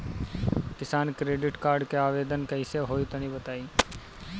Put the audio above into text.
किसान credit card के आवेदन कईसे होई तनि बताई?